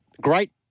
Great